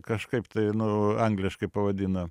kažkaip tai nu angliškai pavadino